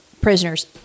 prisoners